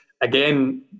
again